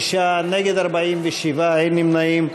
בעד, 59, נגד, 47, אין נמנעים.